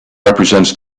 represents